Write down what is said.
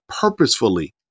purposefully